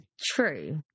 True